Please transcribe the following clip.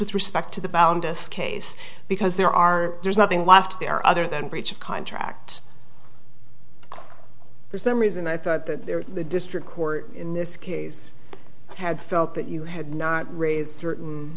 with respect to the bound us case because there are there's nothing left there other than breach of contract for some reason i thought that the district court in this case had felt that you had not r